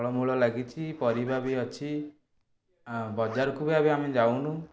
ଫଳମୂଳ ଲାଗିଛି ପରିବା ବି ଅଛି ଆ ବଜାରକୁ ବି ଏବେ ଆମେ ଯାଉନୁ